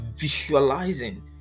visualizing